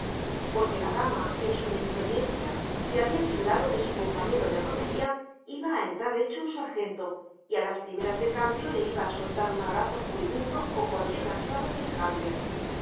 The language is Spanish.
porque la dama en su inexperiencia se había figurado que su compañero de romería iba a entrar hecho un sargento y a las primeras de cambio le iba a soltar un abrazo furibundo o cualquier gansada semejante